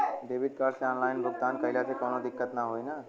Debit card से online भुगतान कइले से काउनो दिक्कत ना होई न?